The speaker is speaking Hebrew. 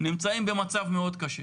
נמצאים במצב מאוד קשה.